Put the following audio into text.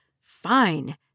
Fine